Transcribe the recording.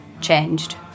changed